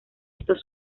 estos